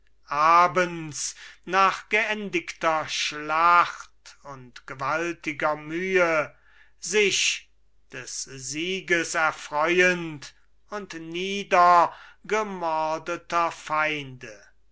abends nach geendigter schlacht und gewaltiger mühe sich des sieges erfreuend und niedergemordeter feinde